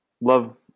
love